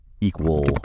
equal